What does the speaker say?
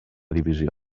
divisió